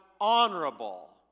honorable